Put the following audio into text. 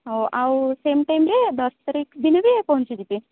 ହ ଆଉ ସେମ୍ ଟାଇମ୍ରେ ଦଶ ତାରିଖ ଦିନ ବି ପହଞ୍ଚି ଯିବେ